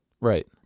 right